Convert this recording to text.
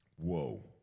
Whoa